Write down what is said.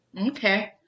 okay